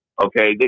okay